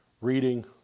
reading